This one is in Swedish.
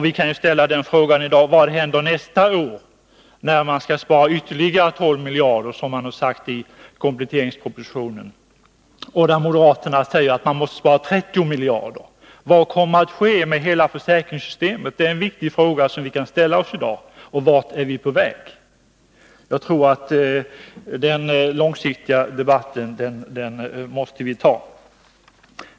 Vi kan i dag ställa frågan: Vad händer nästa år när man skall spara ytterligare 12 miljarder, som det har sagts i kompletteringspropositionen? Moderaterna säger att man måste spara 30 miljarder. Vad kommer att ske med hela försäkringssystemet? Det är en viktig fråga som vi kan ställa oss i dag. Vart är vi på väg? Jag tror att vi måste ta den långsiktiga debatten.